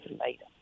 later